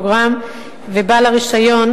אישי.